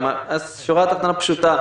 השורה התחתונה פשוטה,